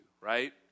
right